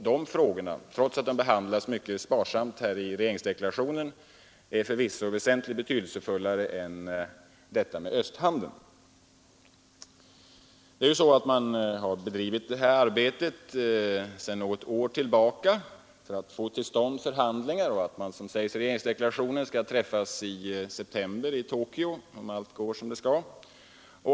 De frågorna är, trots att de behandlas mycket sparsamt i regeringsdeklarationen, förvisso väsentligt betydelsefullare än östhandeln. Förberedelser för att få till stånd förhandlingar har bedrivits sedan något år tillbaka och man skall, som sägs i regeringsdeklarationen, träffas i september i Tokyo om allt går som det skall.